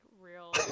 real